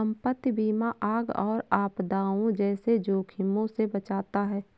संपत्ति बीमा आग और आपदाओं जैसे जोखिमों से बचाता है